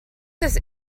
this